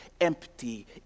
empty